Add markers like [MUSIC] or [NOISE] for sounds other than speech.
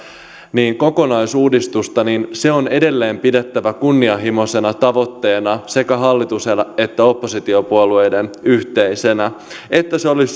kokonaisuudistusta niin se on edelleen pidettävä kunnianhimoisena tavoitteena sekä hallituksen että oppositiopuolueiden yhteisenä että se olisi [UNINTELLIGIBLE]